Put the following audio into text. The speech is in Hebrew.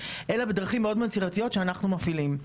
אלא בדרכים מאוד יצירתיות שאנחנו מפעילים.